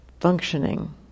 functioning